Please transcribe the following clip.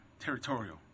territorial